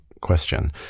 question